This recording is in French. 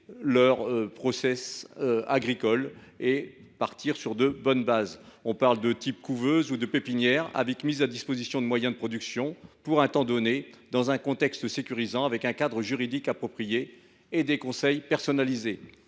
leurs processus agricoles et, ainsi, de partir sur de bonnes bases. Ces espaces de test sont des couveuses ou des pépinières, qui mettent à disposition des moyens de production, pour un temps donné, dans un contexte sécurisant avec un cadre juridique approprié et des conseils personnalisés.